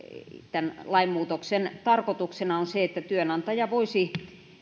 tämän lainmuutoksen tarkoituksena on se että työnantaja voisi